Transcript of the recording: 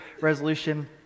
resolution